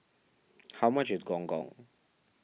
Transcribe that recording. how much is Gong Gong